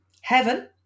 Heaven